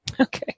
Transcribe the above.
okay